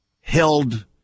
held